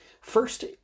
First